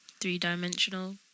three-dimensional